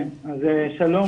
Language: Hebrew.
שלום,